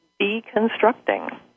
deconstructing